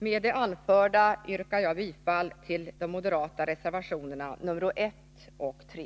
Med det anförda yrkar jag bifall till de moderata reservationerna 1 och 3.